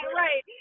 right